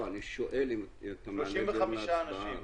35 אנשים.